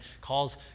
calls